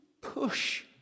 push